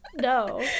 no